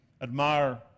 admire